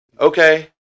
okay